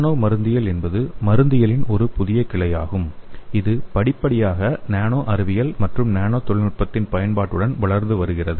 நானோ மருந்தியல் என்பது மருந்தியலின் ஒரு புதிய கிளையாகும் இது படிப்படியாக நானோ அறிவியல் மற்றும் நானோ தொழில்நுட்பத்தின் பயன்பாட்டுடன் வளர்ந்து வருகிறது